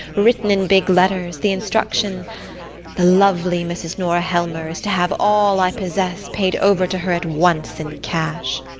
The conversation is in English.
written in big letters, the instruction the lovely mrs. nora helmer is to have all i possess paid over to her at once in cash.